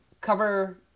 cover